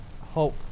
Hope